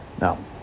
No